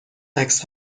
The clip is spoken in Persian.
عکس